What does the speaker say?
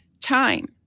time